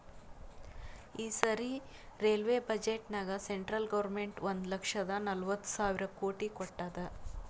ಈ ಸರಿ ರೈಲ್ವೆ ಬಜೆಟ್ನಾಗ್ ಸೆಂಟ್ರಲ್ ಗೌರ್ಮೆಂಟ್ ಒಂದ್ ಲಕ್ಷದ ನಲ್ವತ್ ಸಾವಿರ ಕೋಟಿ ಕೊಟ್ಟಾದ್